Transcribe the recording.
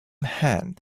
hand